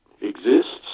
exists